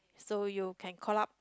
so you can call up